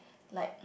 like